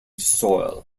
soil